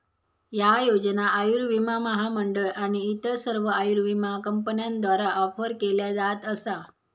ह्या योजना आयुर्विमा महामंडळ आणि इतर सर्व आयुर्विमा कंपन्यांद्वारा ऑफर केल्या जात असा